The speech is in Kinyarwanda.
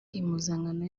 impuzankano